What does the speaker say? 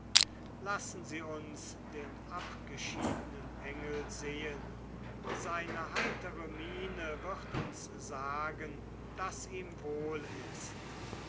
lassen sie uns den abgeschiedenen engel sehen seine heitere miene wird uns sagen daß ihm wohl ist